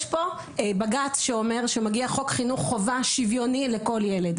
יש פה בג"צ שאומר שמגיע חוק חינוך חובה שוויוני לכל ילד.